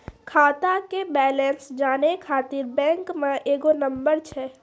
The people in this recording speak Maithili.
खाता के बैलेंस जानै ख़ातिर बैंक मे एगो नंबर छै?